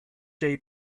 day